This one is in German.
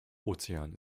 ozean